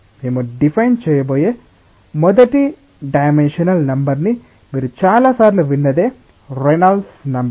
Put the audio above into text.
మేము డిఫైన్ చేయబోయే మొదటి నాన్ డైమెన్షనల్ నెంబర్ ని మీరు చాలాసార్లు విన్నది రేనాల్డ్స్ నెంబర్